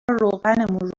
روغنمون